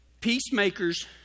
Peacemakers